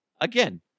again